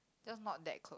just not that close